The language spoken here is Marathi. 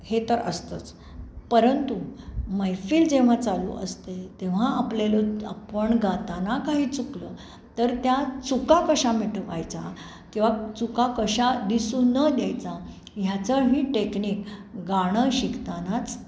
हे तर असतंच परंतु मैफिल जेव्हा चालू असते तेव्हा आपल्याला आपण गाताना काही चुकलं तर त्या चुका कशा मिटवायचा किंवा चुका कशा दिसू न द्यायच्या ह्याचंही टेक्निक गाणं शिकतानाच